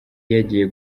yagiye